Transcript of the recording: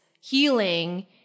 healing